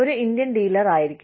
ഒരു Indian dealer ആയിരിക്കാം